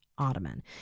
Ottoman